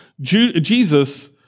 Jesus